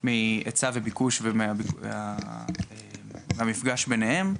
מושפע מהיצע וביקוש והמפגש ביניהם.